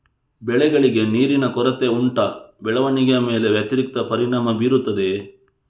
ಬೆಳೆಗಳಿಗೆ ನೀರಿನ ಕೊರತೆ ಉಂಟಾ ಬೆಳವಣಿಗೆಯ ಮೇಲೆ ವ್ಯತಿರಿಕ್ತ ಪರಿಣಾಮಬೀರುತ್ತದೆಯೇ?